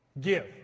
Give